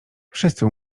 wszyscy